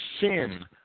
sin